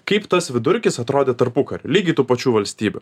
kaip tas vidurkis atrodė tarpukariu lygiai tų pačių valstybių